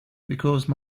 because